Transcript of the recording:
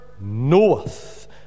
knoweth